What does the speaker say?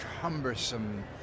cumbersome